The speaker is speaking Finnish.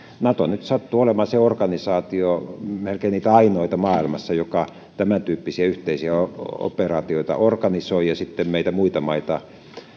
nato nyt sattuu olemaan se organisaatio melkein niitä ainoita maailmassa joka tämän tyyppisiä yhteisiä operaatioita organisoi ja sitten meitä muita maita